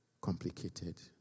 complicated